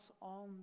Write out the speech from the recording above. on